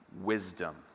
wisdom